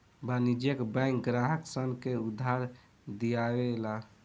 वाणिज्यिक बैंक ग्राहक सन के उधार दियावे ला